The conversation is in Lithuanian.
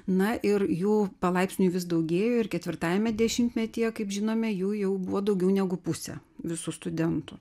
na ir jų palaipsniui vis daugėjo ir ketvirtajame dešimtmetyje kaip žinome jų jau buvo daugiau negu pusę visų studentų